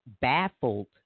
Baffled